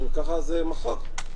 אם כך, זה מחר.